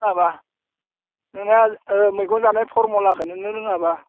रोङाबा नोंना मैगं जानाय फरमुलाखौनो नों रोङाबा